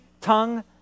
tongue